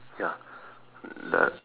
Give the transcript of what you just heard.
ya the